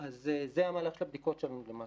אז זה מהלך הבדיקות שלנו למעשה,